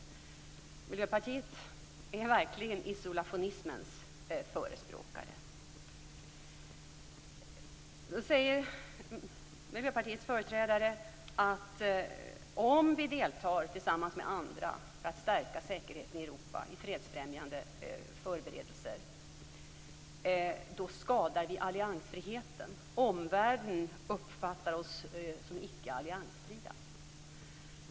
Miljöpartiet är verkligen isolationismens förespråkare. Miljöpartiets företrädare säger att om vi deltar tillsammans med andra för att stärka säkerheten i Europa i fredsfrämjande förberedelser så skadar vi alliansfriheten - omvärlden uppfattar oss som icke-alliansfria.